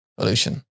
Pollution